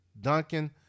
Duncan